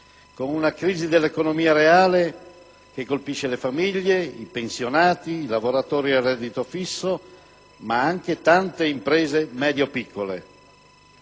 con una crisi dell'economia reale che colpisce le famiglie, i pensionati, i lavoratori a reddito fisso, ma anche tante piccole e medie imprese.